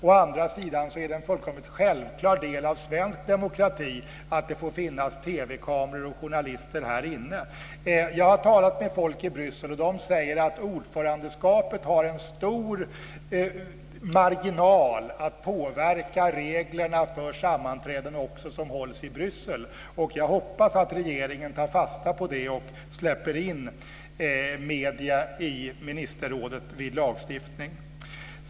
Å andra sidan är det en fullkomligt självklar del av svensk demokrati att det får finnas TV-kameror och journalister här i kammaren. Jag har talat med folk i Bryssel. De säger att ordförandeskapet har en stor marginal att påverka reglerna för sammanträden, även de som hålls i Bryssel. Jag hoppas att regeringen tar fasta på det och släpper in medierna i ministerrådet vid lagstiftning.